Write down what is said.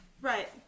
Right